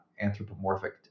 anthropomorphic